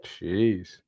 Jeez